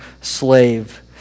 slave